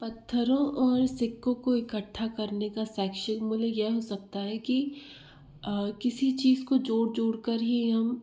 पत्थरों और सिक्कों को इक्कठ्ठा करने का शैक्षिक मूल्य यह हो सकता है कि किसी चीज़ को जोड़ जोड़ कर ही हम